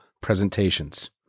presentations